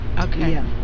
Okay